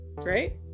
right